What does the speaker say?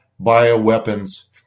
bioweapons